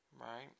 Right